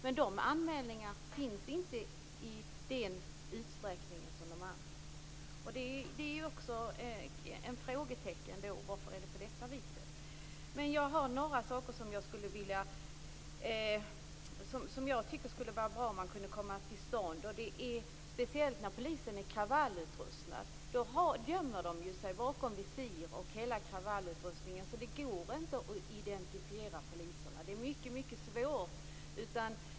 Men sådana anmälningar görs inte i samma utsträckning som andra anmälningar. Varför är det på detta vis? Det vore bra om några saker kom till stånd. Poliser som är kravallutrustade gömmer sig bakom visir och kravallutrustning, så de är mycket svåra att identifiera.